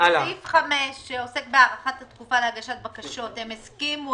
סעיף 5 שעוסק בהארכת התקופה להגשת בקשות הם הסכימו,